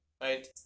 right